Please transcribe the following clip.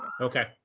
okay